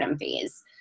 phase